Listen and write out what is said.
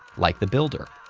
like the builder,